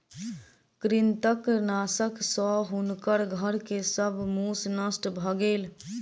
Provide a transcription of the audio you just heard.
कृंतकनाशक सॅ हुनकर घर के सब मूस नष्ट भ गेल